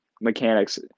mechanics